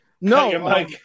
No